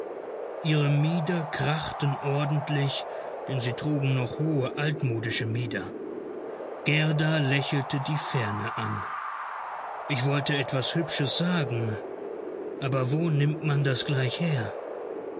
ihre mieder krachten ordentlich denn sie trugen noch hohe altmodische mieder gerda lächelte die ferne an ich wollte etwas hübsches sagen aber wo nimmt man das gleich her